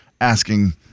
asking